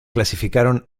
clasificaron